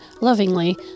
lovingly